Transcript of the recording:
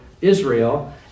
Israel